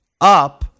up